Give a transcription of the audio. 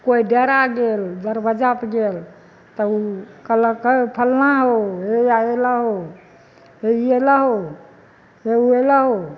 कोइ डेरा गेल दरबज्जापर गेल तऽ ओ कहलक हे फलना हो हइयाँ अयलै हो हे ई अयलै हो हे ओ अयलै हो